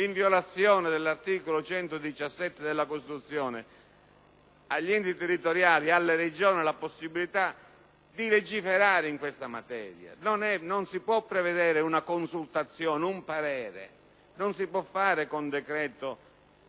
in violazione dell'articolo 117 della Costituzione, agli enti territoriali, alle Regioni, la possibilità di legiferare in questa materia. Non si può prevedere una consultazione, un parere; non si può fare con decreto